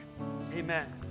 Amen